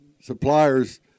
suppliers